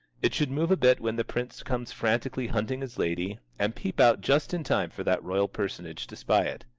it should move a bit when the prince comes frantically hunting his lady, and peep out just in time for that royal personage to spy it.